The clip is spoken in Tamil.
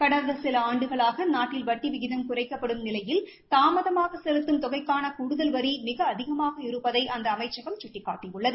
கடந்த சில ஆண்டுகளாக நாட்டில் வட்டி விகிதம் குறைக்கப்படும் நிலையில் தாமதமாக செலுத்தும் தொகைக்கான கூடுதல் வரி மிக அதிகமாக இருப்பதை அந்த அமைச்சகம் சுட்டிக்காட்டியுள்ளது